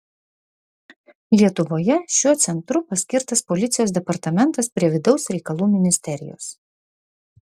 lietuvoje šiuo centru paskirtas policijos departamentas prie vidaus reikalų ministerijos